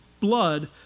blood